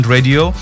Radio